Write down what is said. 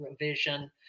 revision